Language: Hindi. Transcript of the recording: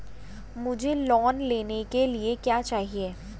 मुझे लोन लेने के लिए क्या चाहिए?